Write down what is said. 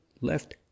left